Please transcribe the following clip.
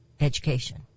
education